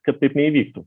kad taip neįvyktų